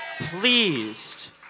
pleased